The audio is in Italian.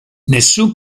nessun